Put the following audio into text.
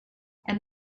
and